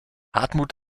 hartmut